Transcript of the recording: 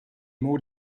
more